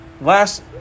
Last